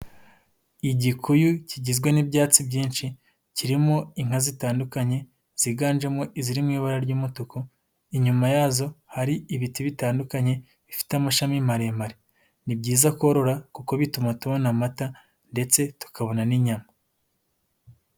Igikuyu kigizwe n'ibyatsi byinshi kirimo inka zitandukanye ziganjemo iziri mu ibara ry'umutuku, inyuma yazo hari ibiti bitandukanye bifite amashami maremare; ni byiza korora kuko bituma tubona amata ndetse tukabona n'inyama.